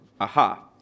Aha